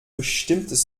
bestimmtes